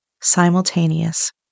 simultaneous